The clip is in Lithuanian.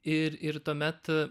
ir ir tuomet